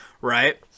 right